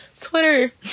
Twitter